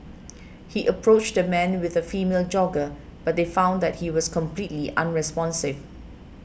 he approached the man with a female jogger but they found that he was completely unresponsive